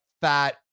fat